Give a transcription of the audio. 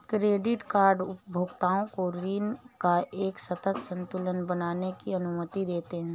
credit card उपभोक्ताओं को ऋण का एक सतत संतुलन बनाने की अनुमति देते हैं